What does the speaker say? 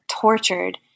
tortured